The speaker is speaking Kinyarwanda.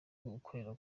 ugukorera